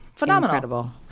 Phenomenal